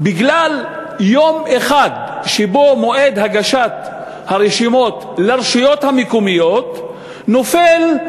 בגלל יום אחד שבו מועד הגשת הרשימות לרשויות המקומיות נופל,